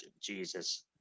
Jesus